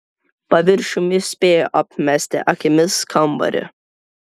paviršium jis spėjo apmesti akimis kambarį